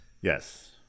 Yes